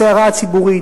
הסערה הציבורית,